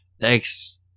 Thanks